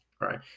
right